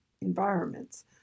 environments